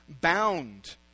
bound